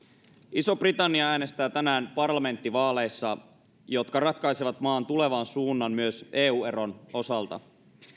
iso britannia äänestää tänään parlamenttivaaleissa jotka ratkaisevat maan tulevan suunnan myös eu eron osalta